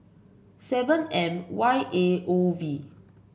seven M Y A O V